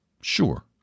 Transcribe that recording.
Sure